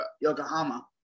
Yokohama